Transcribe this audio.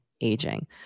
aging